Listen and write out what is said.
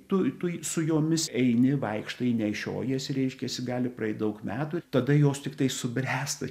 tu tu su jomis eini vaikštai nešiojiesi reiškiasi gali praeit daug metų ir tada jos tiktai subręsta